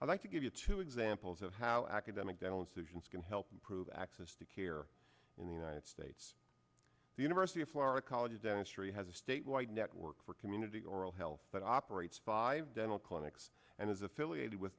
i'd like to give you two examples of how academic dental incisions can help improve access to care in the united states the university of florida college of dentistry has a statewide network for community oral health that operates five dental clinics and is affiliated with